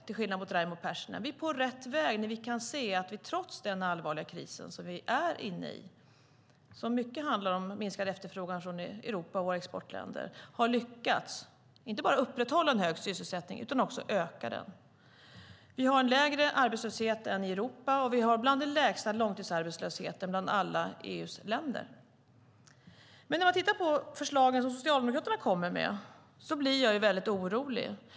Vi är på rätt väg när vi kan se att vi trots den allvarliga kris som vi är i, som mycket handlar om minskad efterfrågan från Europa och våra exportländer, har lyckats att inte bara upprätthålla en hög sysselsättning utan också öka den. Vi har en lägre arbetslöshet än Europa, och vi har en långtidsarbetslöshet som är bland de lägsta i alla EU:s länder. När man tittar på de förslag som Socialdemokraterna kommer med blir jag dock väldigt orolig.